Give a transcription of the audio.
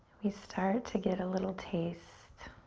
we start to get a little taste